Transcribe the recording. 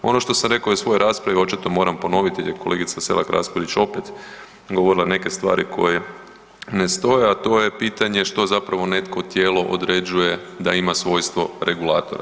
Ono što sam rekao i u svojoj raspravi očito moram ponoviti jer je kolegica Selak Raspudić opet govorila neke stvari koje ne stoje, a to je pitanje što zapravo neko tijelo određuje da ima svojstvo regulatora.